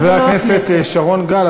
חבר הכנסת שרון גל,